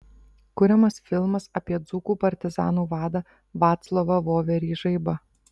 kuriamas filmas apie dzūkų partizanų vadą vaclovą voverį žaibą